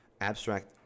Abstract